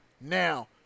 Now